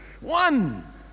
One